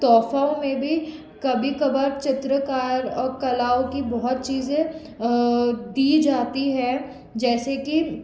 तोहफ़ों में भी कभी कभार चित्रकार और कलाओं की बहुत चीज़े दी जाती है जैसे कि